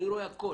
אני רואה הכול.